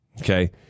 Okay